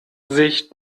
sich